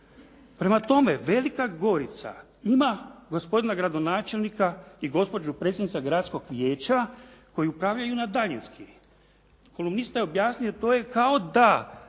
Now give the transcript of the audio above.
Prema tome, Velika Gorica ima gospodina gradonačelnika i gospođu predsjednicu gradskog vijeća koji upravljaju na daljinski. Kolumnista je objasnio to je kao da